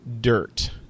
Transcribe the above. Dirt